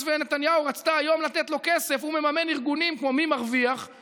אצתם-רצתם למנות עוד ארבעה חברי כנסת.